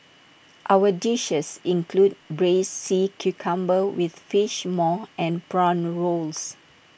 our dishes include Braised Sea Cucumber with Fish Maw and Prawn Rolls